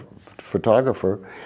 photographer